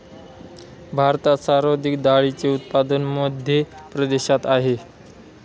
भारतात सर्वाधिक डाळींचे उत्पादन मध्य प्रदेशात आहेत